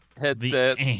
headsets